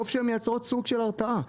טוב שהן מייצרות סוג של הרתעה.